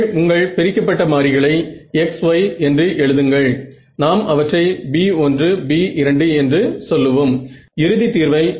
நீங்கள் ஏன் இது மாதிரி ஒன்றை தேர்வு செய்கிறீர்கள்